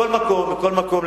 מכל מקום,